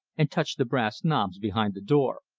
and touched the brass knobs behind the door.